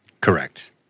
correct